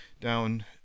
down